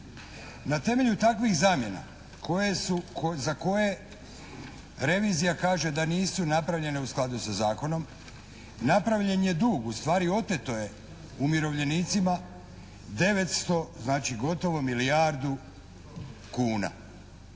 Na temelju takvih zamjena koje su, za koje revizija kaže da nisu napravljene u skladu sa zakonom, napravljen je dug, ustvari oteto je umirovljenicima 900, znači gotovo milijardu kuna.